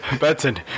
Benson